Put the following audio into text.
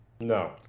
No